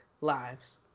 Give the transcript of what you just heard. lives